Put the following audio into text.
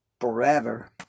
forever